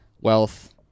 wealth